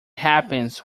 happens